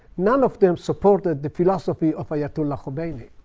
none of them supported the philosophy of ayatollah khomeini.